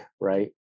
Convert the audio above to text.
right